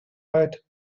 eyed